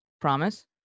promise